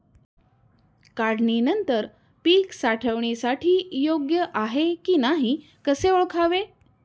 काढणी नंतर पीक साठवणीसाठी योग्य आहे की नाही कसे ओळखावे?